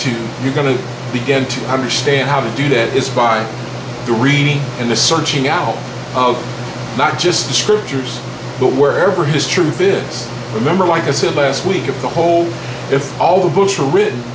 to you're going to begin to understand how to do that is by the reading and the searching out not just the scriptures but where ever his truth is remember like acim best week of the whole if all the books are written